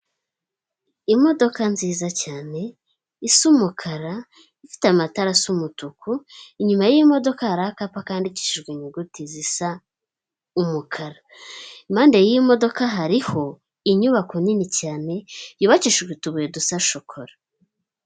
Imodoka nziza cyane is’umukara ifite amatara as’umutuku, inyuma y’imodoka har’akapa kandikishijwe inyuguti zis’umukara, impande y’iyi modoka hariho inyubako nini cyane yubakishijwe utubuye dusa shokora.